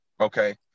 Okay